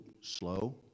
slow